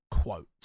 Quote